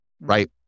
right